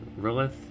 Rilith